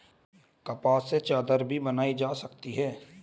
कपास से चादर भी बनाई जा सकती है